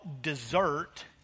dessert